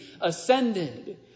ascended